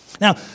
Now